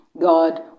God